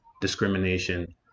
discrimination